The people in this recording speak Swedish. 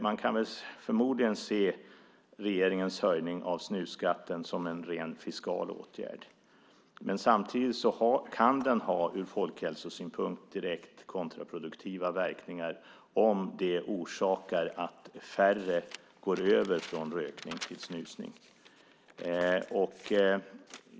Man kan förmodligen se regeringens höjning av snusskatten som en rent fiskal åtgärd. Samtidigt kan det ha direkt kontraproduktiva verkningar ur folkhälsosynpunkt om det orsakar att färre går över från rökning till snusning.